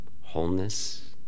wholeness